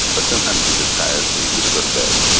but sometimes you're just tired, so you just go to bed.